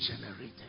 generated